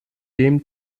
dem